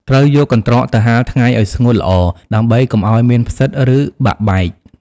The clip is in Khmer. ត្រូវយកកន្ត្រកទៅហាលថ្ងៃឲ្យស្ងួតល្អ ដើម្បីកុំឲ្យមានផ្សិត ឬបាក់បែក។